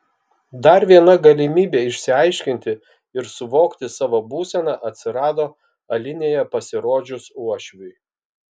dar viena galimybė išsiaiškinti ir suvokti savo būseną atsirado alinėje pasirodžius uošviui